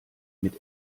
mit